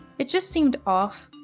it just seemed off.